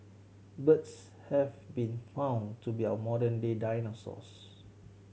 birds have been found to be our modern day dinosaurs